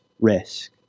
risk